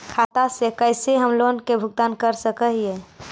खाता से कैसे हम लोन के भुगतान कर सक हिय?